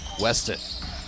Weston